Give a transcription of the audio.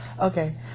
Okay